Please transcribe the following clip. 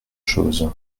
chose